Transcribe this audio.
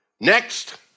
Next